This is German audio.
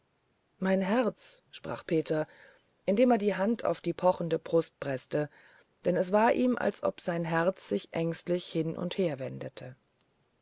mein herz sprach peter indem er die hand auf die pochende brust preßte denn es war ihm als ob sein herz sich ängstlich hin und her wendete